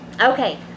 Okay